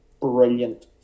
brilliant